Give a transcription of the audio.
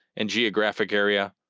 and geographic area,